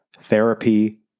Therapy